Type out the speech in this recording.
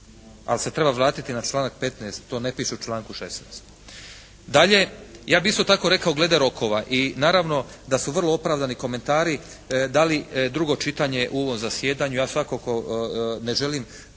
Ali se treba vratiti na članak 15. to ne piše u članku 16. Dalje, ja bih isto tako rekao glede rokova. I naravno da su vrlo opravdani komentari da li drugo čitanje u ovom zasjedanju. Ja svakako ne želim